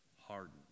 hardened